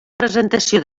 presentació